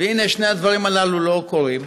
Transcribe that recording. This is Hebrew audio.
והינה, שני הדברים הללו לא קורים,